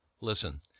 Listen